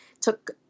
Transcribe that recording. took